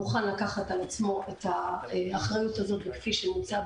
מוכן לקחת על עצמו את האחריות הזו וכפי שהוצע,